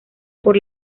por